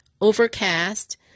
Overcast